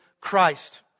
Christ